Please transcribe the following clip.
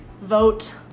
vote